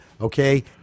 okay